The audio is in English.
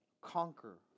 conquer